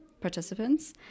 participants